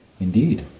Indeed